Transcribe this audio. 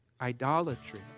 idolatry